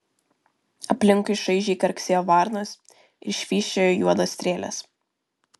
aplinkui šaižiai karksėjo varnos ir švysčiojo juodos strėlės